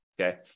okay